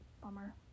Bummer